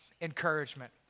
encouragement